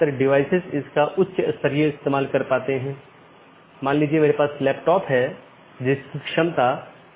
तो AS के भीतर BGP का उपयोग स्थानीय IGP मार्गों के विज्ञापन के लिए किया जाता है